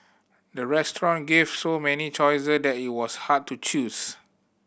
the restaurant gave so many choices that it was hard to choose